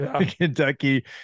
Kentucky